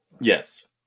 Yes